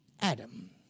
Adam